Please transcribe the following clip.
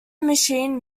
machine